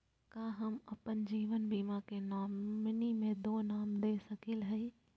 का हम अप्पन जीवन बीमा के नॉमिनी में दो नाम दे सकली हई?